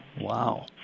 Wow